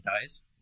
dies